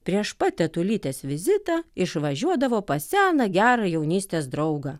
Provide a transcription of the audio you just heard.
prieš pat tetulytės vizitą išvažiuodavo pas seną gerą jaunystės draugą